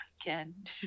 again